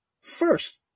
first